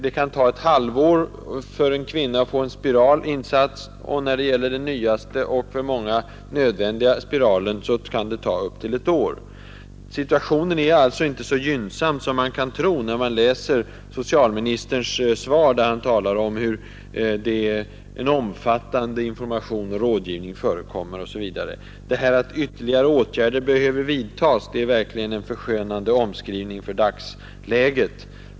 Det kan ta ett halvår för en kvinna att få en spiral insatt, och när det gäller den nyaste och för många nödvändiga spiralen kan det ta upp till ett år. Situationen är alltså inte så gynnsam som man kan tro när man läser socialministerns svar, där han säger: ”En omfattande information och rådgivning sker ———.” Statsrådets ord ”att ytterligare åtgärder behöver vidtas” är verkligen en förskönande omskrivning av dagsläget.